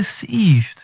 deceived